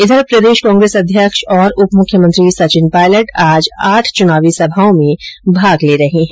इधर प्रदेश कांग्रेस अध्यक्ष और उपमुख्यमंत्री सचिन पायलट आज आठ चुनावी सभाओं में भाग ले रहे हैं